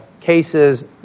Cases